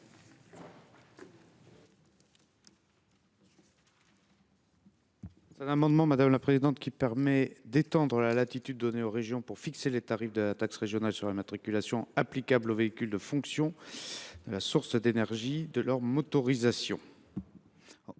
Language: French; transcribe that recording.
Cet amendement a pour objet d’étendre la latitude donnée aux régions de fixer les tarifs de la taxe sur l’immatriculation applicable aux véhicules en fonction de la source d’énergie de la motorisation.